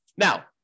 Now